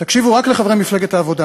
תקשיבו רק לחברי מפלגת העבודה,